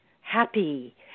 happy